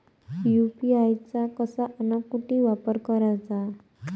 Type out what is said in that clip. UPI चा कसा अन कुटी वापर कराचा?